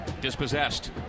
Dispossessed